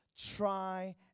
Try